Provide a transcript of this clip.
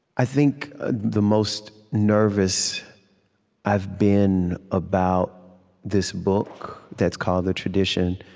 i think the most nervous i've been about this book that's called the tradition.